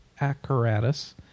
Acaratus